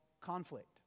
conflict